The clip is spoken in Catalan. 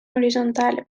horitzontal